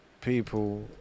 people